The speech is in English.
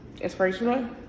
inspirational